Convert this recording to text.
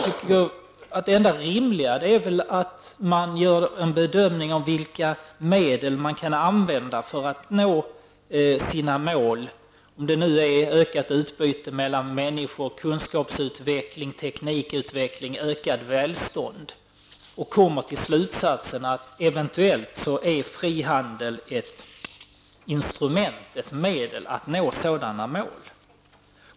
Det enda rimliga är att man gör en bedömning av vilka medel man kan använda för att nå sina mål, om det nu är ökat utbyte mellan människor, kunskapsutveckling, teknikutveckling eller ökat välstånd, för att sedan komma till slutstatsen att fri handel eventuellt är ett instrument för att nå sådana mål.